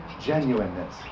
Genuineness